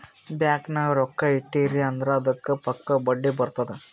bank ನಾಗ್ ರೊಕ್ಕಾ ಇಟ್ಟಿರಿ ಅಂದುರ್ ಅದ್ದುಕ್ ಪಕ್ಕಾ ಬಡ್ಡಿ ಬರ್ತುದ್